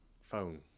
phone